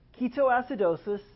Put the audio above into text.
ketoacidosis